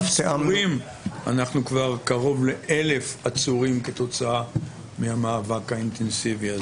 --- אנחנו כבר קרוב ל-1,000 עצורים כתוצאה מהמאבק האינטנסיבי הזה.